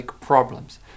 problems